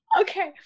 Okay